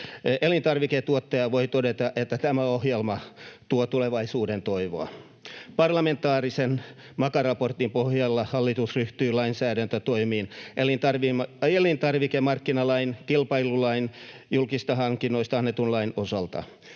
Elintarviketuottaja voi todeta, että tämä ohjelma tuo tulevaisuuden toivoa. Parlamentaarisen MAKA-raportin pohjalta hallitus ryhtyy lainsäädäntötoimiin elintarvikemarkkinalain, kilpailulain ja julkisista hankinnoista annetun lain osalta.